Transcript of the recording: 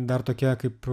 dar tokia kaip